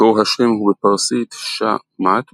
מקור השם הוא בפרסית "שאה מט",